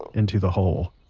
into the hole.